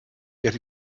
get